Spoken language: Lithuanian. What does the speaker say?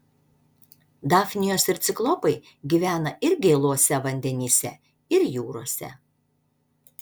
dafnijos ir ciklopai gyvena ir gėluose vandenyse ir jūrose